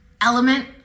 element